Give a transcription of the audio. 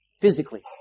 physically